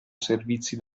servizi